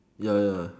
ya ya